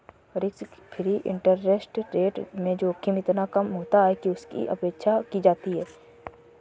risk free interest rate में जोखिम इतना कम होता है कि उसकी उपेक्षा की जाती है